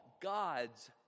God's